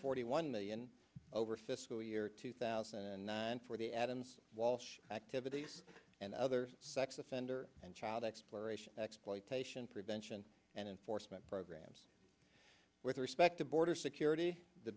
forty one million over fiscal year two thousand and nine for the adams walsh activities and other sex offender and child exploration exploitation prevention and enforcement programs with respect to border security the